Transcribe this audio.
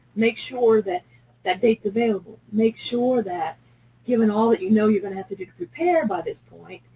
make sure that that date is available. make sure that given all that you know you're going to have to do to prepare by this point,